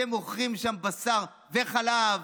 שמוכרים שם בשר וחלב,